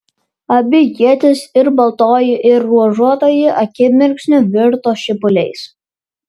abi ietys ir baltoji ir ruožuotoji akimirksniu virto šipuliais